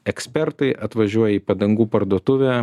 ekspertai atvažiuoja į padangų parduotuvę